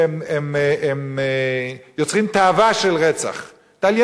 התפתחה בלבם תאווה של רצח ושפיכות דמים.